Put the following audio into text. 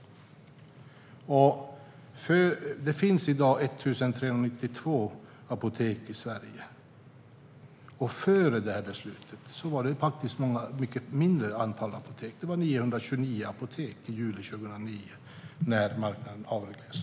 Det finns i dag 1 392 apotek i Sverige. Före beslutet var de färre. Det var 929 apotek i juli 2009 när marknaden avreglerades.